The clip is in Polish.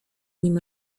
nim